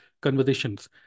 conversations